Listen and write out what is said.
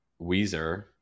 Weezer